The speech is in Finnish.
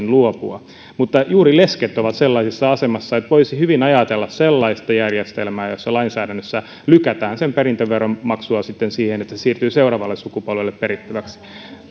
luopua mutta juuri lesket ovat sellaisessa asemassa että voisi hyvin ajatella sellaista järjestelmää jossa lainsäädännössä lykätään sen perintöveron maksua sitten siihen että perintö siirtyy seuraavalle sukupolvelle perittäväksi